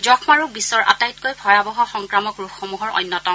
যক্ষ্মাৰোগ বিশ্বৰ আটাইতকৈ ভয়াৱহ সংক্ৰামক ৰোগসমূহৰ অন্যতম